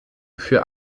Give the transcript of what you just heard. für